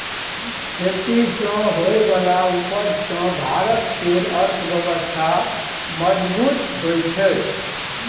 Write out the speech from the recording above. खेती सँ होइ बला उपज सँ भारत केर अर्थव्यवस्था मजगूत होइ छै